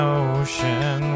ocean